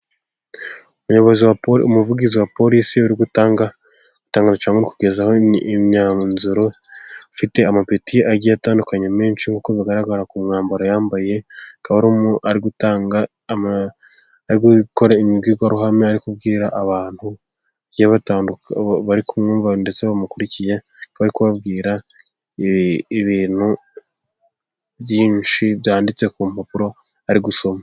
Umuyobozi wa pori, umuvugizi wa porisi urigutanga cyangwa kugeza aho imyanzuro, ufite amapeti agiye atandukanye menshi' bigaragara ku mwambaro yambaye, karu ari gutanga bwirwaruhame ari kubwira abantu bari kumwumva ndetse bamukurikiye bari kubabwira ibintu byinshi byanditse ku mpapuro ari gusoma.